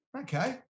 Okay